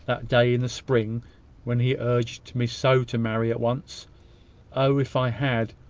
that day in the spring when he urged me so to marry at once oh! if i had,